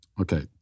Okay